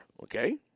okay